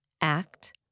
Act